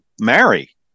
marry